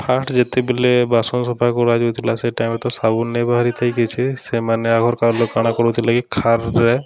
first ଯେତେବେଲେ ବାସନ୍ ସଫା କରାଯାଉଥିଲା ସେ ଟାଇମ୍ରେ ତ ସାବୁନ୍ ନେଇ ବାହାରିଥାଇ କିଛି ସେମାନେ ଆଘର୍ କାଲର୍ ଲୋକ୍ କାଣା କରୁଥିଲେ କି ଖାର୍ରେ